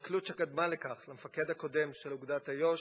ההתנכלות שקדמה לכך למפקד הקודם של אוגדת איו"ש,